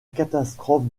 catastrophe